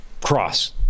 Cross